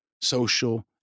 social